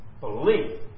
Belief